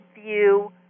view